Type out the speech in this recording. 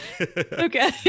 Okay